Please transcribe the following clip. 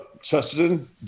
chesterton